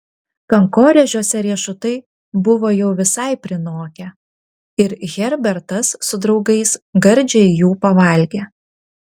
kankorėžiuose riešutai buvo jau visai prinokę ir herbertas su draugais gardžiai jų pavalgė